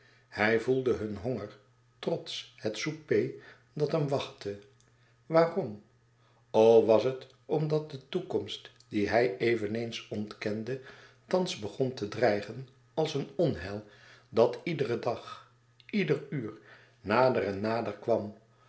hij voelde hun honger trots het souper dat hem wachtte waarom o was het omdat de toekomst die hij eveneens ontkende thans begon te dreigen als een onheil dat iederen dag ieder uur nader en nader kwam